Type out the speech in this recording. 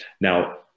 Now